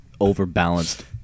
Overbalanced